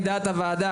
לדעת הוועדה,